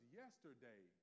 yesterday